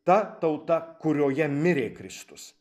ta tauta kurioje mirė kristus